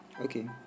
okay